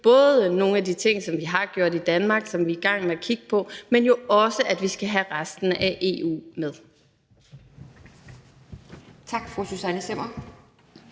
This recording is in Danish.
både nogle af de ting, som vi har gjort i Danmark, og som vi er i gang med at kigge på, men jo også, at vi skal have resten af EU med.